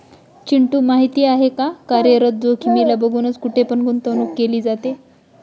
चिंटू माहिती आहे का? कार्यरत जोखीमीला बघूनच, कुठे पण गुंतवणूक केली पाहिजे